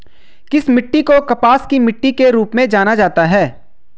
किस मिट्टी को कपास की मिट्टी के रूप में जाना जाता है?